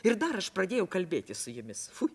ir dar aš pradėjau kalbėtis su jumis fu